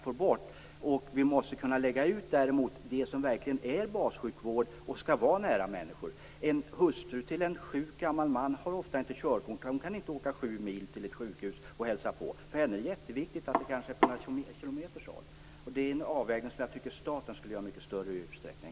Det måste bort. Det som verkligen skall vara bassjukvård måste läggas ut nära människor. En hustru till en sjuk gammal man har ofta inte körkort, och hon kan inte åka sju mil till ett sjukhus och hälsa på. För henne är det viktigt att sjukhuset finns på några kilometers håll. Det är en avvägning som i större utsträckning skall göras av staten.